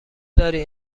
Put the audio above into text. داری